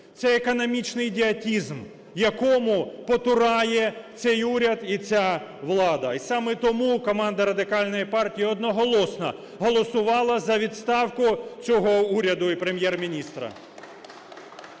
Це економічний ідіотизм, якому потурає цей уряд і ця влада. І саме тому команда Радикальної партії одноголосно голосувала за відставку цього уряду і Прем'єр-міністра.